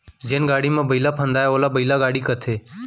जेन गाड़ी म बइला फंदाये ओला बइला गाड़ी कथें